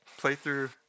playthrough